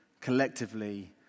collectively